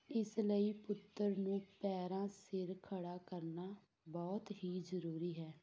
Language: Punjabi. ਇਸ ਲਈ ਪੁੱਤਰ ਨੂੰ ਪੈਰਾਂ ਸਿਰ ਖੜ੍ਹਾ ਕਰਨਾ ਬਹੁਤ ਹੀ ਜ਼ਰੂਰੀ ਹੈ